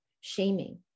shaming